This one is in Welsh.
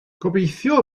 gobeithio